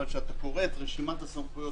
אבל כשאתה קורא את רשימת הסמכויות,